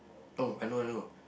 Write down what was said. oh I know I know